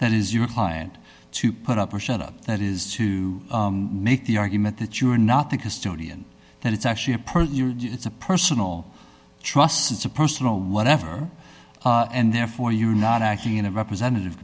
that is your client to put up or shut up that is to make the argument that you are not the custodian and it's actually a person it's a personal trust it's a personal whatever and therefore you're not actually in a representative